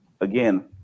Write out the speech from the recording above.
again